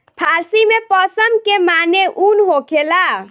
फ़ारसी में पश्म के माने ऊन होखेला